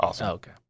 Okay